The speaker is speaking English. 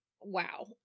wow